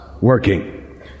working